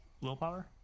willpower